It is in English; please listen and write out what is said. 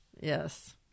Yes